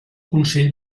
consell